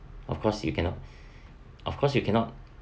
of course you cannot of course you cannot